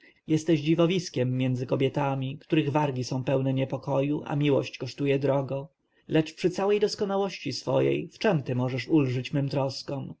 jesteś dziwowiskiem między kobietami których wargi są pełne niepokoju a miłość kosztuje drogo lecz przy całej doskonałości swojej w czem ty możesz ulżyć mym troskom